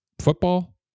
football